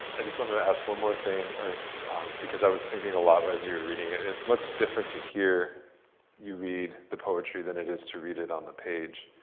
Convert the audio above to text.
i just wanted to ask one more thing, because i was thinking a lot, as you were reading it. and it's much different to hear you read the poetry than it is to read it on the page.